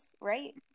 right